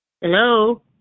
Hello